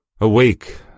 Awake